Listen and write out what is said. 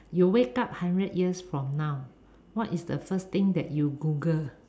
you wake up hundred years from now what is the first thing that you Google